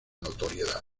notoriedad